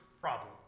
problem